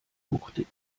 wuchtig